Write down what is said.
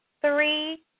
three